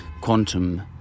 quantum